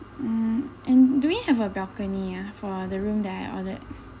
mm and do we have a balcony ah for the room that I ordered